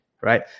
right